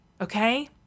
okay